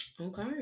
okay